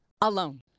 alone